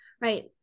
right